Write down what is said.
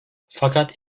fakat